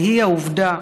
והיא העובדה